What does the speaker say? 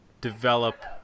develop